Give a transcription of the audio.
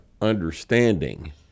understanding